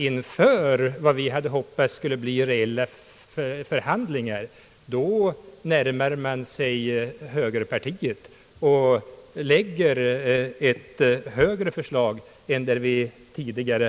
Inför vad vi hade hoppats skulle bli reella förhandlingar, närmade de sig högerpartiet och kom med ett högre förslag än det tidigare.